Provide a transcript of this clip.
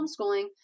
homeschooling